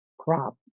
crop